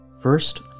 First